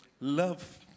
love